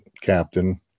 captain